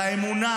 על האמונה,